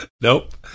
Nope